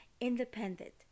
independent